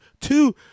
Two